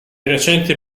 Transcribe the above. recenti